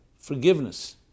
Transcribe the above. forgiveness